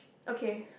okay